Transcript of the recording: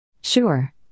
Sure